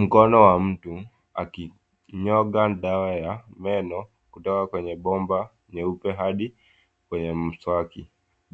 Mkono wa mtu akinyonga dawa ya meno kutoka kwenye bomba nyeupe hadi kwenye mswaki.